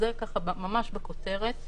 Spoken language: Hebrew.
זה ככה ממש בכותרת.